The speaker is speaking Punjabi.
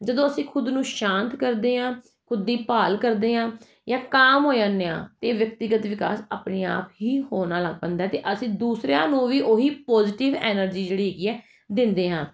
ਜਦੋਂ ਅਸੀਂ ਖੁਦ ਨੂੰ ਸ਼ਾਂਤ ਕਰਦੇ ਹਾਂ ਖੁਦ ਦੀ ਭਾਲ ਕਰਦੇ ਹਾਂ ਜਾਂ ਕਾਮ ਹੋ ਜਾਂਦੇ ਹਾਂ ਤਾਂ ਵਿਅਕਤੀਗਤ ਵਿਕਾਸ ਆਪਣੇ ਆਪ ਹੀ ਹੋਣਾ ਲੱਗ ਪੈਂਦਾ ਅਤੇ ਅਸੀਂ ਦੂਸਰਿਆਂ ਨੂੰ ਵੀ ਉਹ ਹੀ ਪੋਜੀਟਿਵ ਐਨਰਜੀ ਜਿਹੜੀ ਹੈਗੀ ਹੈ ਦਿੰਦੇ ਹਾਂ